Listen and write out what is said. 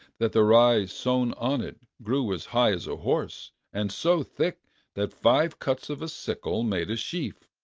that the rye sown on it grew as high as a horse, and so thick that five cuts of a sickle made a sheaf.